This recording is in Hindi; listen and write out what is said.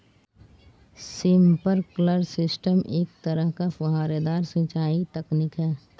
स्प्रिंकलर सिस्टम एक तरह का फुहारेदार सिंचाई तकनीक है